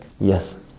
Yes